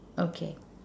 okay